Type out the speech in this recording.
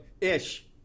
ish